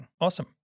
Awesome